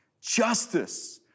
justice